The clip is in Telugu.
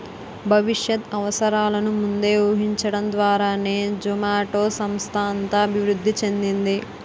భవిష్యత్ అవసరాలను ముందే ఊహించడం ద్వారానే జొమాటో సంస్థ అంత అభివృద్ధి చెందింది